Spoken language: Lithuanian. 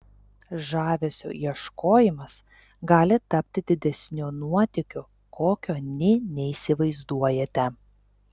žavesio ieškojimas gali tapti didesniu nuotykiu kokio nė neįsivaizduojate